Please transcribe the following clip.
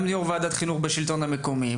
גם את יו"ר ועדת חינוך בשלטון המקומי,